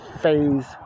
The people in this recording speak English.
phase